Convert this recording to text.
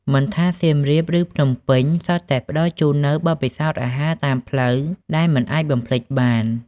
មិនថាសៀមរាប ឬភ្នំពេញ សុទ្ធផ្តល់ជូននូវបទពិសោធន៍អាហារតាមផ្លូវដែលមិនអាចបំភ្លេចបាន។